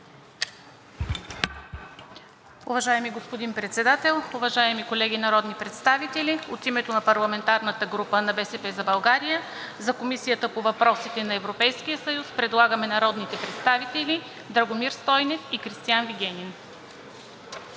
Уважаеми господин Председател, уважаеми колеги народни представители! От името на парламентарната група „БСП за България“ за Комисията по въпросите на Европейския съюз предлагаме народните представители Драгомир Стойнев и Кристиан Вигенин.